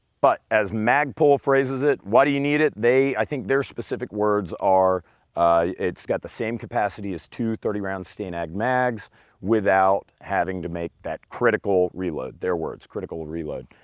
but as magpul phrases it, why do you need it? i think their specific words are it's got the same capacity as two thirty round stanag mags without having to make that critical reload. their words, critical reload.